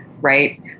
right